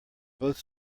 both